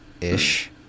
ish